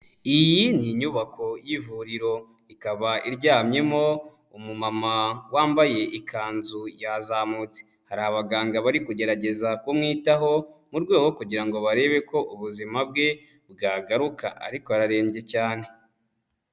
Iyi ni inyubako y'ivuriro. Ikaba iryamyemo umumama wambaye ikanzu yazamutse. Hari abaganga bari kugerageza kumwitaho mu rwego rwo kugira ngo barebe ko ubuzima bwe bwagaruka ariko ararembye cyane.